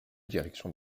directions